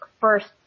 first